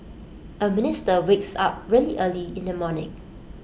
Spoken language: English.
A minister wakes up really early in the morning